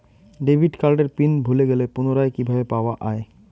Debit কার্ডের PIN ভুলে গেলে পুনরায় কিভাবে পাওয়া য়ায়?